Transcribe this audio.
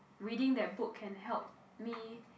reading that book can help me